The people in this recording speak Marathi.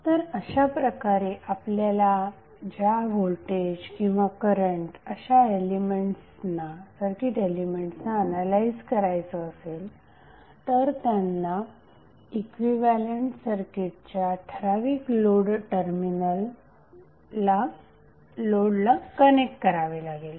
तर अशाप्रकारे आपल्याला ज्या व्होल्टेज किंवा करंट अशा सर्किट एलिमेंट्सना एनालाइझ करायचं असेल त्यांना इक्विव्हॅलेंट सर्किटच्या ठराविक लोड टर्मिनल लोडला कनेक्ट करावे लागेल